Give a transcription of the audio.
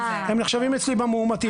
הם נחשבים אצלי במאומתים.